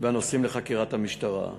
והנוסעים לחקירת המשטרה.